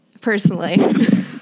personally